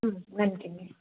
ம் நன்றிங்க